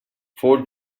four